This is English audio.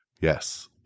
Yes